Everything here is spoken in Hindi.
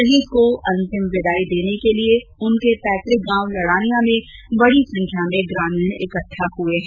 शहीद को अंतिम विदाई देने के लिए उनके पैतृक गांव लनिया में बड़ी संख्या में ग्रामीण इकट्ठा हुए हैं